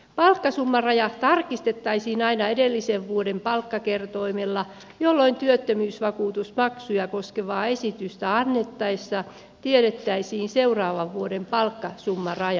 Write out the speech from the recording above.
palkkasummaraja tarkistettaisiin aina edellisen vuoden palkkakertoimella jolloin työttömyysvakuutusmaksuja koskevaa esitystä annettaessa tiedettäisiin seuraavan vuoden palkkasummaraja